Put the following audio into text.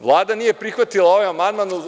Vlada nije prihvatila ovaj amandman.